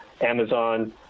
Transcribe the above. Amazon